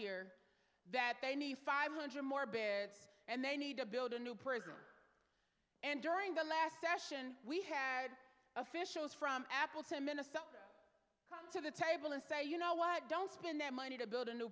here that they need five hundred more beds and they need to build a new prison and during the last session we had officials from apple samina someone come to the table and say you know why don't spend that money to build a new